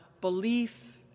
belief